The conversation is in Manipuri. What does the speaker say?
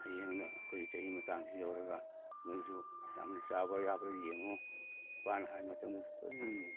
ꯍꯌꯦꯡꯅ ꯑꯩꯈꯣꯏꯒꯤ ꯆꯍꯤ ꯃꯇꯥꯡꯁꯤ ꯌꯧꯔꯒ ꯅꯣꯏꯁꯨ ꯌꯥꯝꯅ ꯆꯥꯕ ꯌꯥꯕ꯭ꯔꯥ ꯌꯦꯡꯎ ꯏꯄꯥꯅ ꯍꯥꯏ ꯃꯇꯝꯗꯨꯗ ꯀꯔꯤꯅꯣꯅꯦ